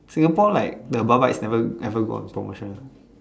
Singapore like the bar bites never never go on promotion